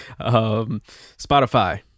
Spotify